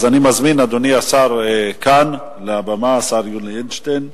אז אני מזמין, אדוני השר, השר יולי אדלשטיין,